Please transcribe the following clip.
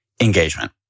engagement